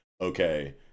okay